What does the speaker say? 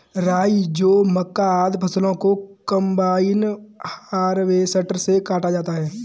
राई, जौ, मक्का, आदि फसलों को कम्बाइन हार्वेसटर से काटा जाता है